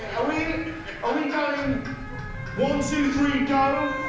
are we are we going one, two, three, go.